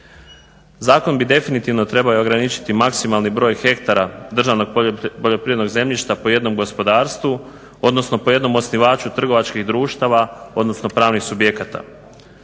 Zakon bi definitivno trebao i ograničiti maksimalni broj hektara državnog poljoprivrednog zemljišta po jednom gospodarstvu, odnosno po jednom osnivaču trgovačkih društava, odnosno pravnih subjekata.